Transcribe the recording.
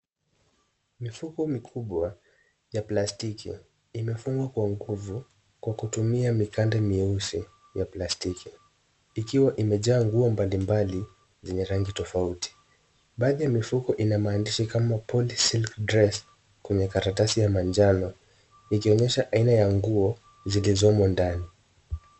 Mifuko mikubwa ya plastiki imefungwa kwa nguvu kwa kutumia mikanda meusi ya plastiki, ikiwa imejaa nguo mbalimbali zenye rangi tofauti. Baadhi ya mifuko ina maandishi kama cs[poly silk dress]cs kwenye karatasi ya manjano ikionyesha aina ya nguo zilizomo ndani.